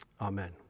Amen